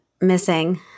missing